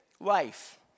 life